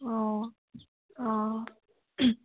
অঁ অঁ